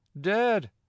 dead